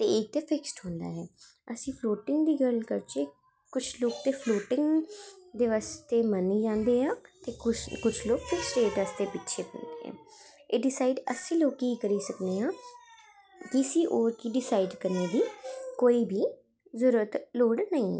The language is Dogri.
ते इक फिक्सड होंदा ऐ अस फलोटिंग दी गल्ल करचै ते कुश लोग फलोटिंग ते बास्ते मन्नी जांदे आं ते कुश लोग फिक्सड इंट्रस्ट दे पिच्छें पौंदे ऐं एह् डिसाईड़ अस लोग गै ककरी सकनें आं कि इसी होर डिसाईड़ करनें दी कोई बी जरूरत लोड़ नेंई ऐ